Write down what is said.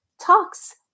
talks